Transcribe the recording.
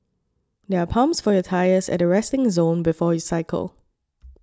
there are pumps for your tyres at the resting zone before you cycle